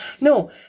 No